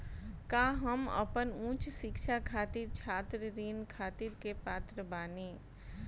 का हम अपन उच्च शिक्षा खातिर छात्र ऋण खातिर के पात्र बानी?